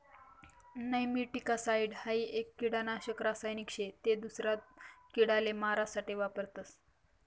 nematicide हाई एक किडानाशक रासायनिक शे ते दूसरा किडाले मारा साठे वापरतस